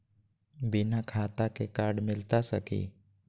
बिना खाता के कार्ड मिलता सकी?